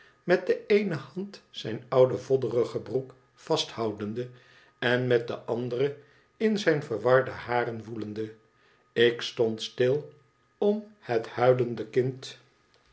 met de eene hand zijn oude vodderige broek vasthoudende en met de andere in zijn verwarde haren woelende ik stond stil om het huilende kind